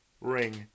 ring